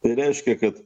tai reiškia kad